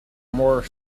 more